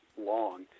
long—